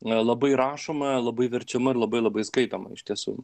labai rašoma labai verčiama ir labai labai skaitoma iš tiesų